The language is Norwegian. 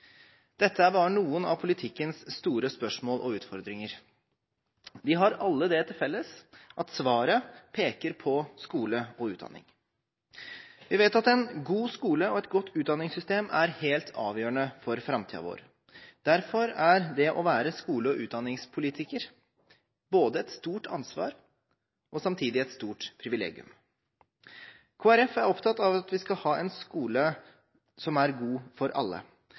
Dette er bare noen av politikkens store spørsmål og utfordringer. De har alle det til felles at svaret peker på skole og utdanning. Vi vet at en god skole og et godt utdanningssystem er helt avgjørende for framtiden vår. Derfor er det å være skole- og utdanningspolitiker både et stort ansvar og samtidig et stort privilegium. Kristelig Folkeparti er opptatt av at vi skal ha en skole som er god for alle,